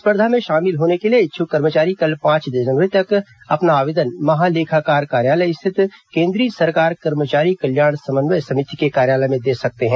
स्पर्धा में शामिल होने के लिए इच्छ्क कर्मचारी कल पांच जनवरी तक अपना आवेदन महालेखाकार कार्यालय स्थित केंद्रीय सरकार कर्मचारी कल्याण समन्वय समिति के कार्यालय में दे सकते हैं